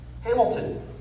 Hamilton